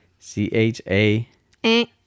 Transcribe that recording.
c-h-a